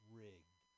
rigged